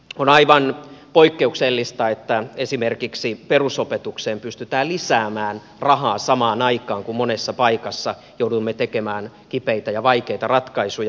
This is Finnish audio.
on aivan poikkeuksellista että esimerkiksi perusopetukseen pystytään lisäämään rahaa samaan aikaan kun monessa paikassa jouduimme tekemään kipeitä ja vaikeita ratkaisuja